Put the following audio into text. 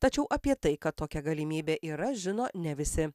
tačiau apie tai kad tokia galimybė yra žino ne visi